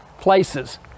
places